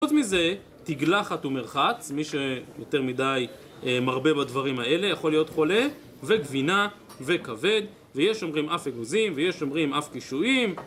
חוץ מזה, תגלחת ומרחץ, מי שיותר מדי מרבה בדברים האלה יכול להיות חולה, וגבינה וכבד, ויש אומרים אף אגוזים, ויש אומרים אף קישואים